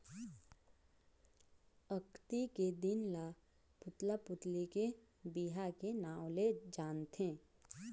अक्ती के दिन ल पुतला पुतली के बिहा के नांव ले जानथें